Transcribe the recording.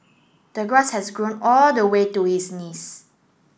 the grass has grown all the way to his knees